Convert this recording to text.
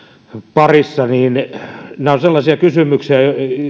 parissa niin nämä ovat sellaisia kysymyksiä